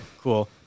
cool